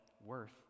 worth